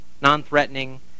non-threatening